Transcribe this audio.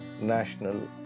national